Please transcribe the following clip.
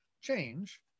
change